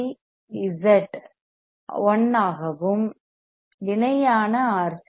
C RC Z 1 ஆகவும் இணையான R